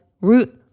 root